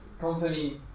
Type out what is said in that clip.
company